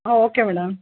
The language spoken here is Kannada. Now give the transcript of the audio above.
ಹಾಂ ಓಕೆ ಮೇಡಮ್